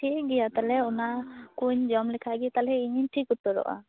ᱴᱷᱤᱠᱜᱮᱭᱟ ᱛᱟᱦᱚᱞᱮ ᱚᱱᱟᱠᱚᱧ ᱡᱚᱢ ᱞᱮᱠᱷᱟᱡ ᱜᱮ ᱛᱟᱦᱚᱞᱮ ᱤᱧᱤᱧ ᱴᱷᱤᱠ ᱩᱛᱟᱹᱨᱚᱜᱼᱟ